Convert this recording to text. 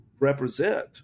represent